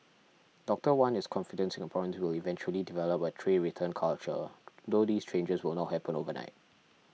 Doctor Wan is confident Singaporeans will eventually develop a tray return culture though these changes will not happen overnight